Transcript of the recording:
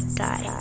die